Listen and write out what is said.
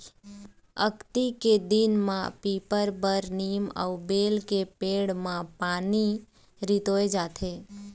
अक्ती के दिन म पीपर, बर, नीम अउ बेल के पेड़ म पानी रितोय जाथे